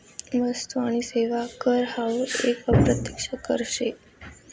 वस्तु आणि सेवा कर हावू एक अप्रत्यक्ष कर शे